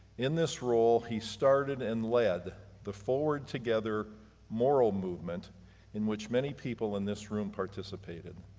in this role, he started and led the forward together moral movement in which many people in this room participated.